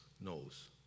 knows